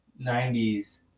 90s